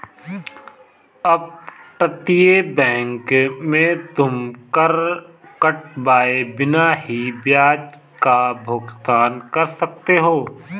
अपतटीय बैंक में तुम कर कटवाए बिना ही ब्याज का भुगतान कर सकते हो